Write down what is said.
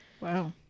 Wow